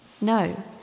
No